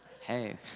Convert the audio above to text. Hey